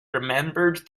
remembered